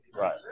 Right